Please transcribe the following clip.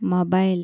mobile